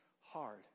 hard